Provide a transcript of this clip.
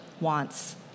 wants